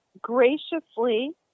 graciously